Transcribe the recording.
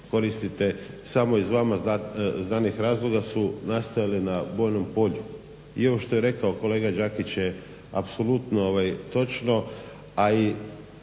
koristite samo iz vama znanih razloga su nastajali na bojnom polju. I ovo što je rekao kolega Đakić je apsolutno točno, a i